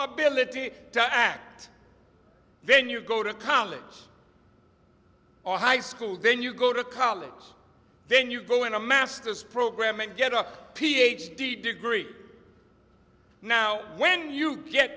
ability to act then you go to college or high school then you go to college then you go in a master's program and get up ph d degree now when you get